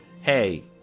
Hey